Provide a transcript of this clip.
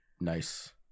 nice